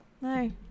No